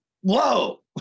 whoa